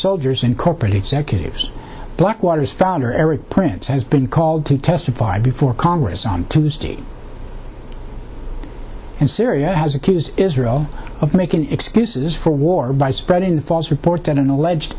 soldiers and corporate executives blackwater's founder erik prince has been called to testify before congress on tuesday and syria has accused israel of making excuses for war by spreading false reports and an alleged